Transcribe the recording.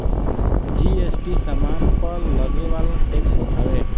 GST सामान पअ लगेवाला टेक्स होत हवे